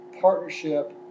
partnership